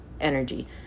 energy